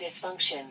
dysfunction